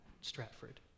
Stratford